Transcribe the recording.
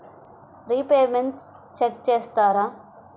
Repayments check చేస్తారా?